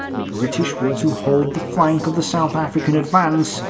the british were to hold the flank of the south african advance,